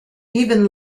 even